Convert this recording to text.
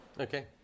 okay